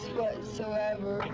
whatsoever